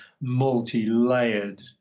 multi-layered